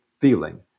feeling